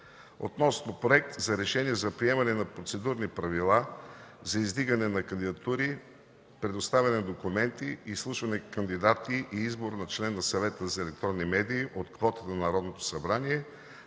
относно Проект за решение за приемане на Процедурни правила за издигане на кандидатури, представяне на документи, изслушване на кандидати и избор на член на Съвета за електронни медии от квотата на Народното събрание